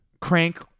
crank